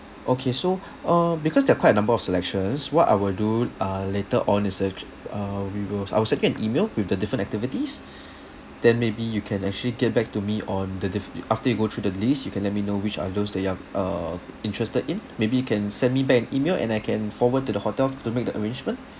okay so uh because there are quite a number of selections what I will do uh later on is uh uh we will I will send you an email with the different activities then maybe you can actually get back to me on the diff~ after you go through the list you can let me know which are those the you are uh interested in maybe you can send me back an email and I can forward to the hotel to make the arrangement